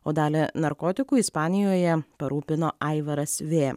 o dalį narkotikų ispanijoje parūpino aivaras v